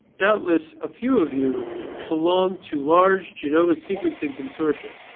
doubtless a few of you belong to large genomic sequencing consortia.